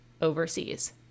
overseas